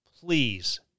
please